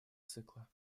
цикла